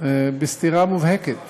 בסתירה מובהקת